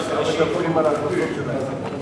עובדתית, בהכנסה לנפש,